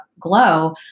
Glow